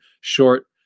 short